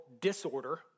disorder